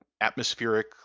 atmospheric